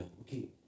Okay